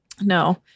No